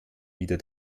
wieder